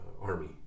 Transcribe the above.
army